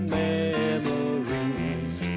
memories